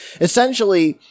essentially